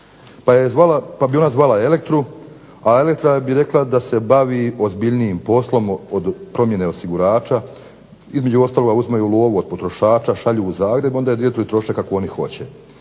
Pa bi ona zvala Elektru, a Elektra bi rekla da se bavi ozbiljnijim poslom od promjene osigurača, između ostalog uzimaju lovu od potrošača, šalju u Zagreb i ... kako oni hoće.